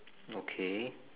okay